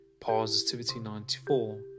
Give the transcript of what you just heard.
Positivity94